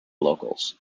locals